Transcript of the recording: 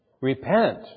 Repent